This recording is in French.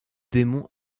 démons